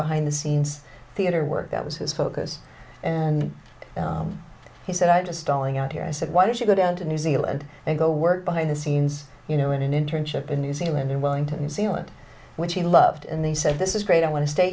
behind the scenes theatre work that was his focus and he said i'm just going out here i said why don't you go down to new zealand and go work behind the scenes you know in an internship in new zealand in wellington new zealand which he loved and they said this is great i want to stay